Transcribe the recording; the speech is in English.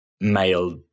male